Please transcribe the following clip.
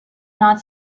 not